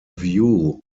view